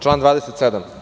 Član 27.